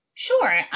Sure